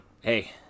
hey